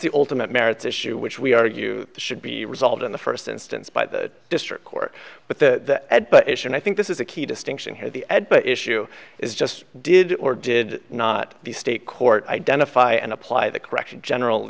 the ultimate merits issue which we argue the should be resolved in the first instance by the district court but the but if and i think this is a key distinction here the ed but issue is just did or did not the state court identify and apply the correction general